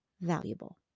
valuable